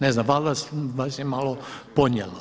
Ne znam valjda vas je malo ponijelo.